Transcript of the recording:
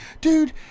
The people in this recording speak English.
Dude